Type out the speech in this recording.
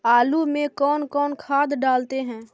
आलू में कौन कौन खाद डालते हैं?